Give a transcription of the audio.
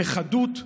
בחדות,